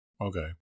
Okay